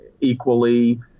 equally